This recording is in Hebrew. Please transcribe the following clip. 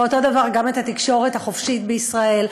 ואותו דבר גם את התקשורת החופשית בישראל.